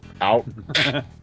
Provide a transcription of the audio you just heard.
Out